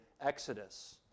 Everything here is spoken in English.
Exodus